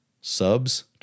subs